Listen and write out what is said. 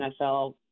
NFL